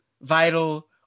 Vital